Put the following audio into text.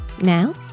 now